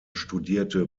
studierte